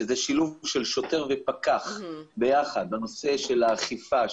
שזה שילוב של שוטר ופקח ביחד בנושא של האכיפה,